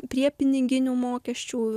prie piniginių mokesčių